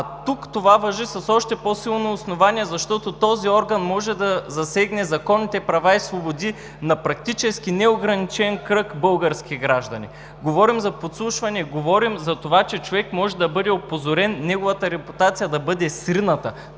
Тук това важи с още по-силно основание, защото този орган практически може да засегне законните права и свободи на неограничен кръг български граждани. Говорим за подслушване, говорим, че човек може да бъде опозорен, неговата репутация да бъде срината.